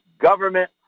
government